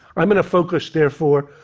i'm going to focus, therefore,